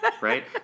right